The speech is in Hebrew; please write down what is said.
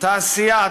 תעשייה,